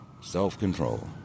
self-control